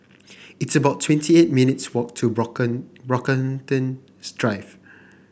it's about twenty eight minutes' walk to Brockham Brockhamptons Drive